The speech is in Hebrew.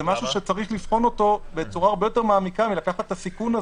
זה משהו שצריך לבחון בצורה הרבה יותר מעמיקה מלקחת את הסיכון הזה.